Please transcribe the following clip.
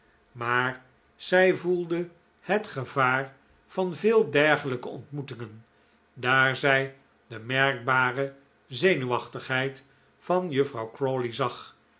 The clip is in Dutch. maar zij voelde het gevaar van veel dergelijke ontmoetingen daar zij de merkbare zenuwachtigheid van juffrouw